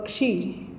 पक्षी